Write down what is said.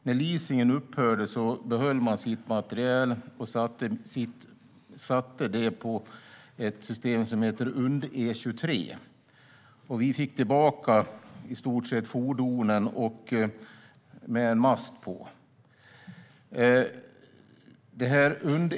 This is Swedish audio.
När leasingen upphörde behöll man sin materiel och satte den på ett system som heter UndE 23. Vi fick tillbaka fordonen med en mast på, i stort sett.